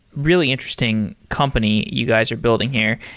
really interesting company you guys are building here.